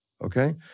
okay